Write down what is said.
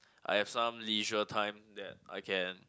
I have some leisure time that I can